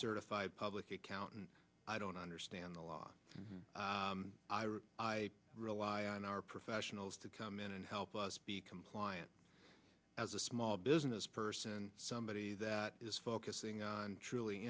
certified public accountant i don't understand the law i rely on our professionals to come in and help us be compliant as a small business person somebody that is focusing on truly